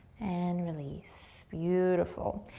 and release. beautiful.